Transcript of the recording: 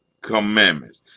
commandments